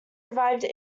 revived